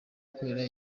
gukorera